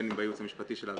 בין אם בייעוץ המשפטי שלה,